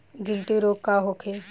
गिलटी रोग का होखे?